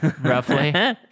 Roughly